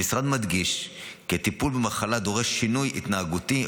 המשרד מדגיש כי הטיפול במחלה דורש שינוי התנהגותי,